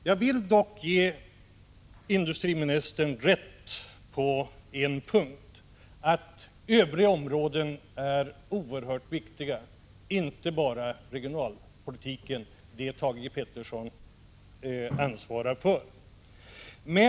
Jag vill dock ge industriministern rätt på en punkt, nämligen att övriga områden är oerhört viktiga — inte bara regionalpolitiken, som Thage Peterson ansvarar för.